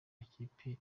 ikipe